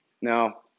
now